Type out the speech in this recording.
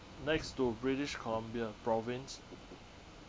next to british columbia province